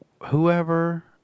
whoever